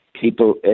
People